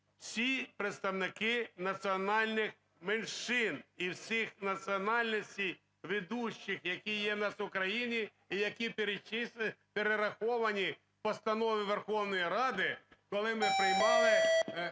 всі представники національних меншин і всіх національностей ведучих, які є в нас в Україні і які перераховані в постанові Верховної Ради, коли ми приймали